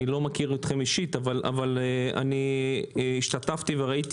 אני לא מכיר אתכם אישית אבל השתתפתי וראיתי